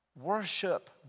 Worship